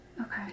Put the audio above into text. Okay